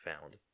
found